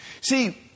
See